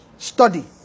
Study